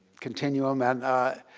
continuum and